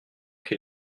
qui